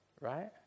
right